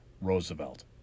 Roosevelt